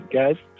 guys